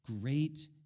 great